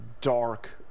dark